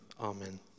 amen